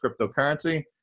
cryptocurrency